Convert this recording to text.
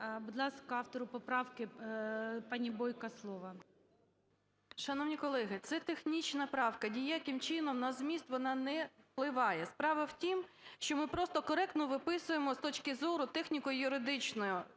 Будь ласка, автору поправки пані Бойко слово. 16:19:20 БОЙКО О.П. Шановні колеги, це технічна правка, ніяким чином на зміст вона не впливає. Справа в тім, що ми просто коректно виписуємо з точки зору техніко-юридичної